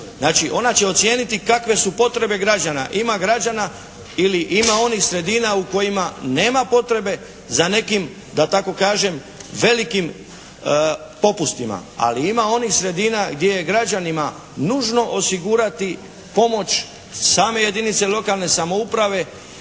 ona će ocijeniti kakve su potrebe građana. Ima građana, ili ima oni sredina u kojima nema potrebe za nekim da tako kažem velikim popustima ali ima onih sredina gdje je građanima nužno osigurati pomoć same jedinice lokalne samouprave